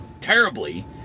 terribly